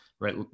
right